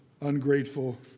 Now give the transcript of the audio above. ungrateful